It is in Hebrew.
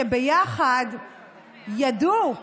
שביחד ידעו,